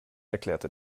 erklärte